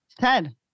Ted